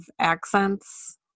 accents